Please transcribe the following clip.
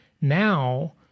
now